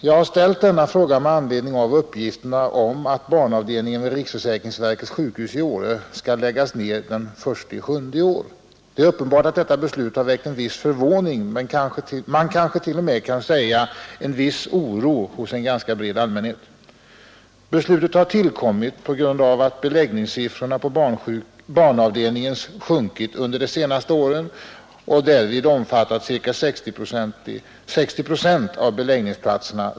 Jag har ställt denna fråga med anledning av uppgifterna om att barnavdelningen vid riksförsäkringsverkets sjukhus i Åre skall läggas ner den 1 juli i år. Det är uppenbart att detta beslut har väckt en viss förvåning, man kanske t.o.m. kan säga en viss oro, hos en ganska bred allmänhet. Beslutet har tillkommit på grund av att beläggningssiffrorna på barnavdelningen sjunkit under de senaste åren och därvid omfattat ca 60 procent av beläggningsplatserna.